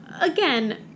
Again